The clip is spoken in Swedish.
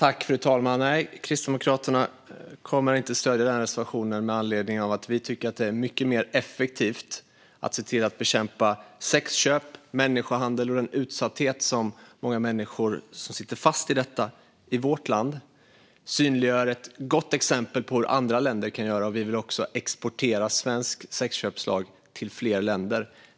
Fru talman! Nej, Kristdemokraterna kommer inte att stödja denna reservation eftersom vi tycker att det är mycket mer effektivt att bekämpa sexköp och människohandel här i vårt land och föregå med gott exempel inför andra länder. Vi vill även exportera svensk sexköpslag till fler länder.